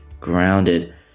Grounded